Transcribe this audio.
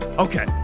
Okay